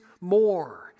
more